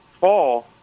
fall